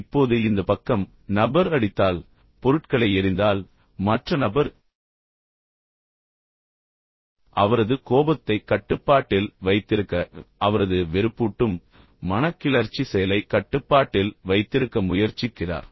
இப்போது இந்த பக்கம் நபர் அடித்தால் பொருட்களை எறிந்தால் மற்ற நபர் அவரது கோபத்தை கட்டுப்பாட்டில் வைத்திருக்க அவரது வெறுப்பூட்டும் மனக்கிளர்ச்சி செயலை கட்டுப்பாட்டில் வைத்திருக்க முயற்சிக்கிறார்